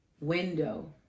window